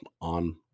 on